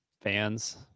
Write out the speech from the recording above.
fans